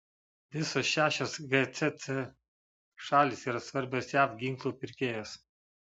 visos šešios gcc šalys yra svarbios jav ginklų pirkėjos